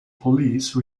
police